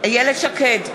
איילת שקד,